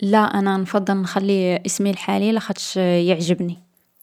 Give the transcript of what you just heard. لا أنا نفضل نخلي اسمي الحالي لاخطش يعجبني.